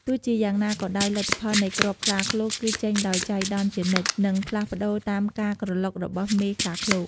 ទោះជាយ៉ាងណាក៏ដោយ លទ្ធផលនៃគ្រាប់ខ្លាឃ្លោកគឺចេញដោយចៃដន្យជានិច្ច និងផ្លាស់ប្តូរតាមការក្រឡុករបស់មេខ្លាឃ្លោក។